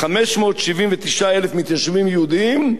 ב-15,579 מתיישבים יהודים,